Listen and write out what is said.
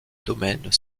domaine